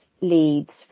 leads